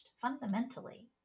fundamentally